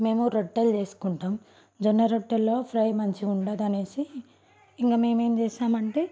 మేము రొట్టెలు చేసుకుంటాం జొన్న రొట్టెలో ఫ్రై మంచిగా ఉండదని ఇంక మేము ఏం చేసామంటే